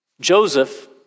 Joseph